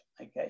okay